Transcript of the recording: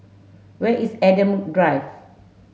where is Adam Drive